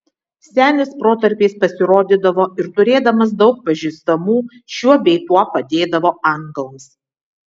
senis protarpiais pasirodydavo ir turėdamas daug pažįstamų šiuo bei tuo padėdavo anglams